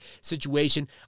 situation